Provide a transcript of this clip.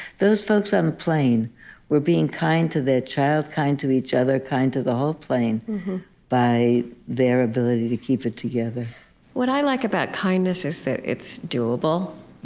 those folks on the plane were being kind to their child, kind to each other, kind to the whole plane by their ability to keep it together what i like about kindness is that it's doable.